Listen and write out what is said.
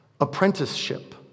apprenticeship